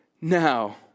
Now